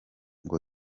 ngo